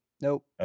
Nope